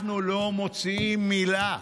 אנחנו לא מוציאים מילה,